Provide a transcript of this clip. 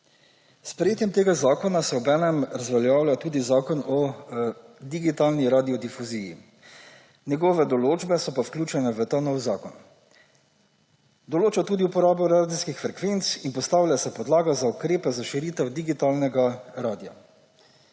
S sprejetjem tega zakona se obenem razveljavlja tudi Zakon o digitalni radiodifuziji. Njegove določbe so pa vključene v ta nov zakon. Določa tudi uporabo radijskih frekvenc in postavlja se podlaga za ukrepe za širitev digitalnega radia.